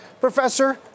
Professor